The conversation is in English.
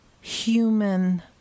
human